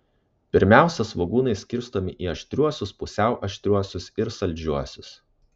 pirmiausia svogūnai skirstomi į aštriuosius pusiau aštriuosius ir saldžiuosius